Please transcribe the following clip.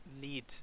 need